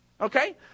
Okay